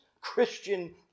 Christian